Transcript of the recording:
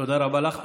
תודה רבה לך.